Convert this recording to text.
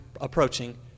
approaching